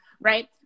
right